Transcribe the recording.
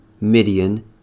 Midian